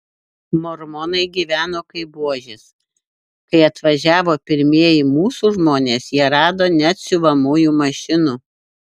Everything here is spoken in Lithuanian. mormonai gyveno kaip buožės kai atvažiavo pirmieji mūsų žmonės jie rado net siuvamųjų mašinų